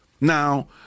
Now